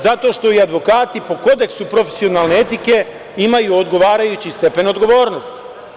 Zato što i advokati po kodeksu profesionalne etike imaju odgovarajući stepen odgovornosti.